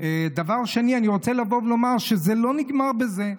דבר שני, אני רוצה לבוא ולומר שזה לא נגמר בזה.